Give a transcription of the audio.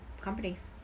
companies